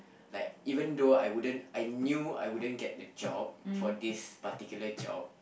like even though I wouldn't I knew I wouldn't get the job for this particular job